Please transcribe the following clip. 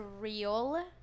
real